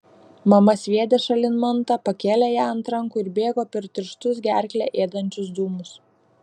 mama sviedė šalin mantą pakėlė ją ant rankų ir bėgo per tirštus gerklę ėdančius dūmus